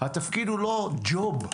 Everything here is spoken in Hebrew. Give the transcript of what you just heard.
התפקיד הוא לא ג'וב,